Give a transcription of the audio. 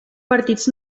partits